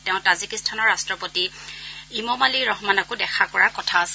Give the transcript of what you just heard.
তেওঁ তাজিকিস্তানৰ ৰাট্টপতি ইমমালী ৰহমানকো দেখা কৰাৰ কথা আছে